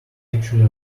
actually